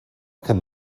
can